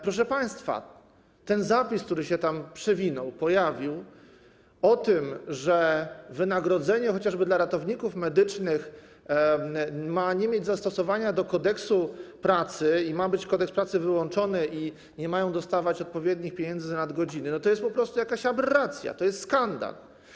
Proszę państwa, ten zapis, który się tam pojawił, o tym, że jeśli chodzi o wynagrodzenie chociażby dla ratowników medycznych, ma nie mieć zastosowania Kodeks pracy, ma być Kodeks pracy wyłączony i nie mają oni dostawać odpowiednich pieniędzy za nadgodziny, to jest po prostu jakaś aberracja, to jest skandal.